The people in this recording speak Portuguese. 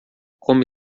como